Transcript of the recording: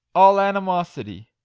all animosity!